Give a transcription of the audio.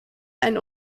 einen